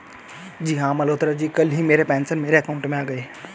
जी हां मल्होत्रा जी कल ही मेरे पेंशन मेरे अकाउंट में आ गए